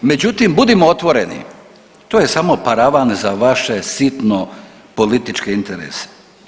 Međutim budimo otvoreni, to je samo paravan za vaše sitno političke interese.